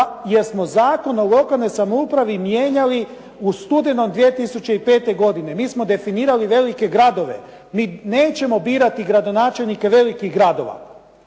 jer smo Zakon o lokalnoj samoupravi mijenjali u studenom 2005. godine. Mi smo definirali velike gradove. Mi nećemo birati gradonačelnike velikih gradova